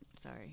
sorry